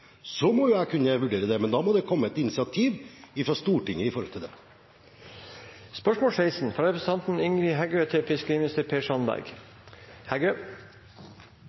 så må jeg kunne vurdere det, men da må det komme et initiativ fra Stortinget om det. Eg tillèt meg å stilla følgjande spørsmål